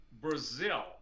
Brazil